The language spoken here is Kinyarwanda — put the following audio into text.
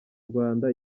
rwanda